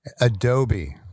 Adobe